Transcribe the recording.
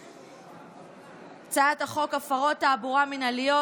2. הצעת חוק הפרות תעבורה מינהליות,